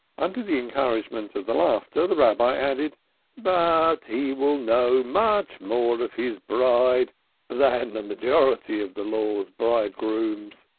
under the encouragement of the laughter, the rabbi added but he will know much more of his bride than the majority of the law's bridegrooms.